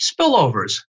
spillovers